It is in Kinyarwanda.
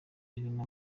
ririmo